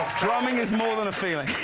drumming is more than a feeling.